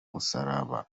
musaraba